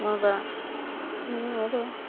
माबा नाङो आरो